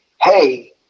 Hey